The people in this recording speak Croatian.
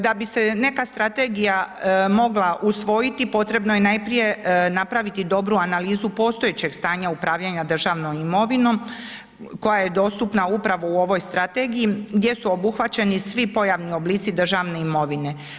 Da bi se neka strategije mogla usvojiti potrebno je najprije napraviti dobru analizu postojećeg stanja upravljanja državnom imovinom koja je dostupna upravo u ovoj strategiji gdje su obuhvaćeni svi pojavni oblici državne imovine.